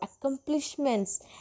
accomplishments